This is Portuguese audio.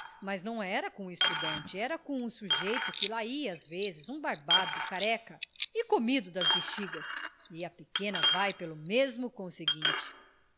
mas não era com o estudante era com um sujeito que lá ia às vezes um barbado careca e comido de bexigas e a pequena vai pelo mesmo conseguinte